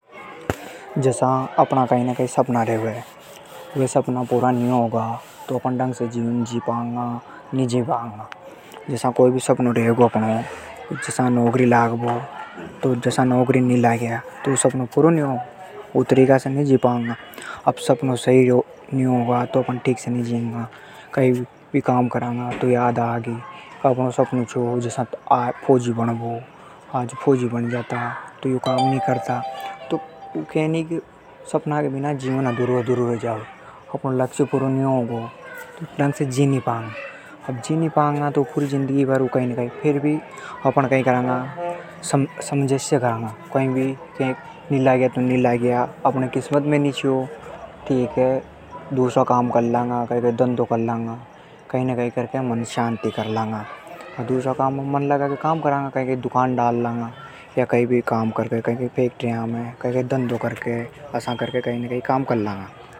जसा अपणा कई ने कई सपना रेवे। वे सपना पूरा नी हो पागा तो अपण ढंग से जीवन जी पांगा के नी जी पांगा। जसा कोई भी सपनों रेगो अपणो नौकरी लाग बा को। अगर नी लाग्या तो वु सपनों पुरो नी हो गो। वु तरीका से नी जी पांगा। अब सपनों सही नी होगो तो अपण कई भी काम करांगा तो याद आगी। के अपनो सपनों छो फौजी बनबा को। बण जाता तो तो काम नी करनी पड़तो। सपना के बना जीवन अधूरो रे जावे। तो फेर अपण कई सामंजस्य करांगा। नी लाग्या तो नी लाग्या। ओर कई काम कर लांगा।